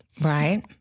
right